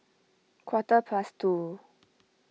quarter past two